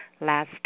last